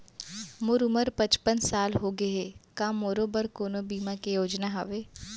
मोर उमर पचपन साल होगे हे, का मोरो बर कोनो बीमा के योजना हावे?